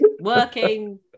working